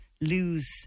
lose